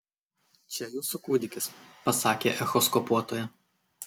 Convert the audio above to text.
čia jūsų kūdikis pasakė echoskopuotoja